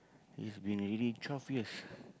is been already twelve years